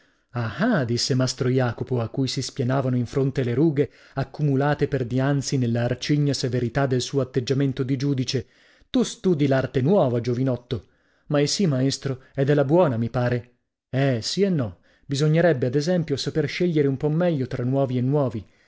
ah disse mastro jacopo a cui si spianavano in fronte le rughe accumulate pur dianzi nella arcigna severità del suo atteggiamento di giudice tu studi l'arte nuova giovinotto maisì maestro ed è la buona mi pare eh sì e no bisognerebbe ad esempio saper scegliere un po meglio tra nuovi e nuovi